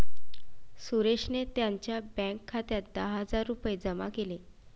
सुरेशने त्यांच्या बँक खात्यात दहा हजार रुपये जमा केले